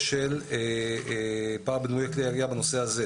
של פער בדמוי כלי הירייה בנושא הזה.